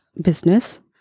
business